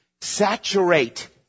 saturate